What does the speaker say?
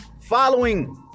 following